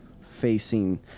facing